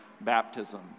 baptism